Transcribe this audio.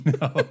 No